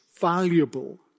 valuable